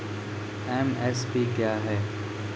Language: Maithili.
एम.एस.पी क्या है?